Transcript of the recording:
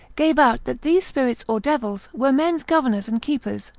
gave out that these spirits or devils, were men's governors and keepers,